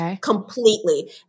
completely